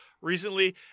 recently